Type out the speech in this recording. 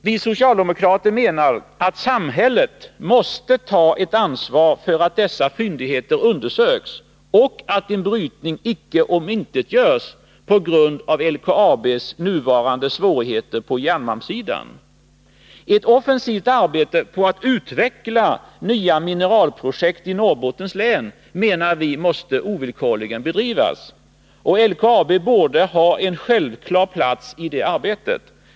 Vi socialdemokrater menar att samhället måste ta ett ansvar för att dessa fyndigheter undersöks och att en brytning inte omintetgörs av LKAB:s nuvarande svårigheter på järnmalmssidan. Ett offensivt arbete för att utveckla nya mineralprojekt i Norrbottens län menar vi ovillkorligen måste bedrivas. Och LKAB borde ha en självklar plats i det arbetet.